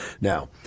Now